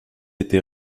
été